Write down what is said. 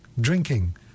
drinking